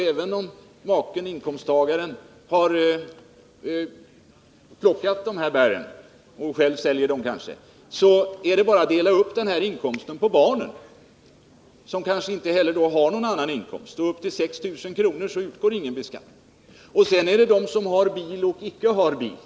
Även om maken, inkomsttagaren, har plockat bären och själv säljer dem kan han utan vidare dela upp den här inkomsten på barnen, som kanske inte har någon annan inkomst. På inkomster upp till 6 000 kr. sker ingen beskattning. Sedan är det de som har bil och de som icke har bil.